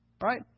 Right